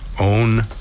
own